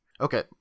Okay